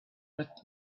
but